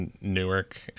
Newark